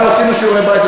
אנחנו עשינו שיעורי בית,